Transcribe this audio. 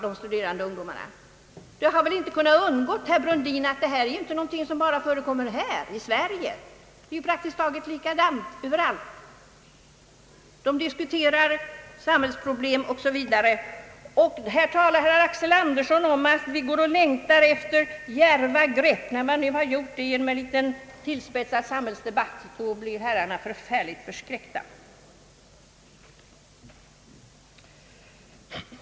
Det kan inte hjälpas att motionerna i dag ter sig mindre meningsfulla, eftersom vi nu har en socialdemokratisk majoritet och en regering som sitter säkrare än förut.